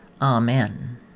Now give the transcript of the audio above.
Amen